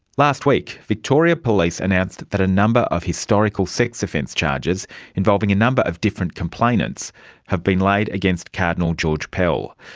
last week, victoria police announced that a number of historical sex offence charges involving a number of different complainants have been laid against cardinal george pell.